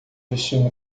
vestindo